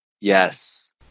Yes